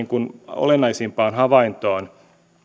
olennaisimpaan havaintoon